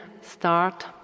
start